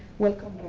welcome,